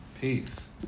Peace